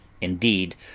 indeed